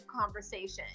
conversation